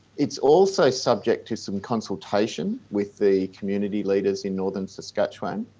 it's also subject to some consultation with the community leaders in northern saskatchewan,